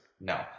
No